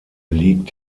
liegt